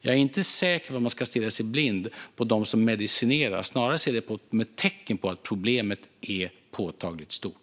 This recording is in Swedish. Jag är inte säker på att man ska stirra sig blind på dem som medicinerar, utan snarare ska vi se det som ett tecken på att problemet är påtagligt stort.